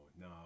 no